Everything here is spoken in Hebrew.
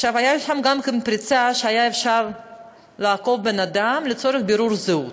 הייתה שם גם פרצה שהיה אפשר לעכב בן-אדם לצורך בירור זהות,